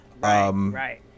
Right